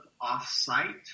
off-site